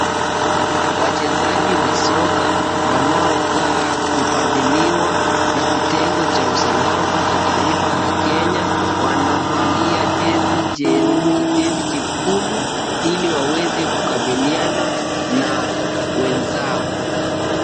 Wachezaji wa soka, wanao ukaa kufadhiliwa na kitengo cha usalama cha taifa la Kenya, wanavalia jezi jekundu ili waweze kukabiliana na wenzao.